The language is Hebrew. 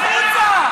תזרוק אותו.